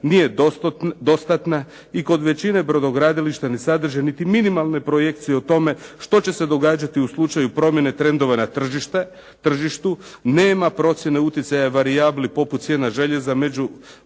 nije dostatna i kod većine brodogradilišta ne sadrže niti minimalne projekcije o tome što će se događati u slučaju promjene trendova na tržištu. Nema procjene utjecaja varijabli poput cijena željeza,